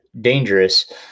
dangerous